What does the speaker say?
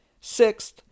Sixth